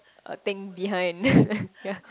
a thing behind ya